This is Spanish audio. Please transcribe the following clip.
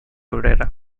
obrera